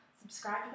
subscribe